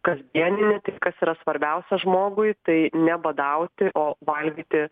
kasdieninį tai kas yra svarbiausia žmogui tai ne badauti o valgyti